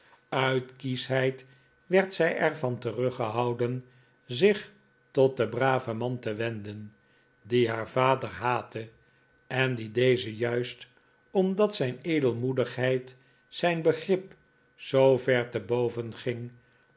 uit kieschheid werd zij er van teruggehouden zich tot den braven man te wenden dien haar vader haatte en dien deze juist omdat zijn edelmoedigheid zijn begrip zoover te boven ging